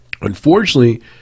Unfortunately